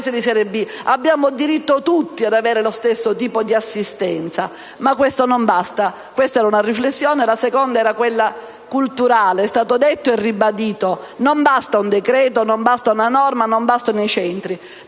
Abbiamo tutti diritto ad avere lo stesso tipo di assistenza. Ma questo non basta. Questa era una prima riflessione. La seconda riflessione è culturale. È stato detto e ribadito che non basta un decreto, non basta una norma e non bastano i centri.